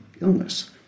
illness